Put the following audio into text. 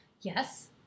Yes